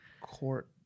Court